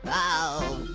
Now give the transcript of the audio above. oh.